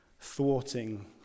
thwarting